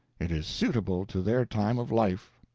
it is suitable to their time of life.